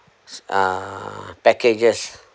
s~ uh packages